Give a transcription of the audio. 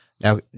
Now